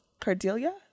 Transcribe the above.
Cardelia